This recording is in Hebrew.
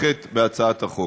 המטרה.